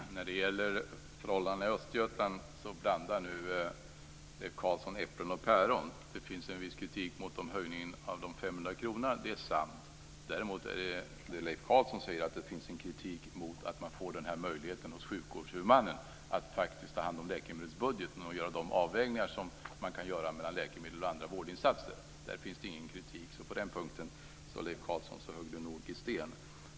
Fru talman! När det gäller förhållandena i Östergötland blandar nu Leif Carlson äpplen och päron. Det finns en viss kritik mot en höjning av de 500 kronorna, det är sant. Men Leif Carlson säger också att det finns en kritik mot att sjukvårdshuvudmannen får möjlighet att faktiskt ta hand om läkemedelsbudgeten och göra avvägningar mellan läkemedel och andra vårdinsatser. Där finns det ingen kritik, så på den punkten, Leif Carlson, hugger du nog i sten.